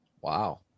Wow